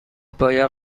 باید